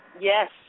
Yes